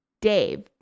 dave